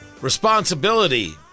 responsibility